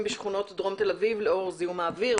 בשכונות דרום תל אביב לאור זיהום האוויר,